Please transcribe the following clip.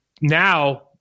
now